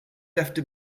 after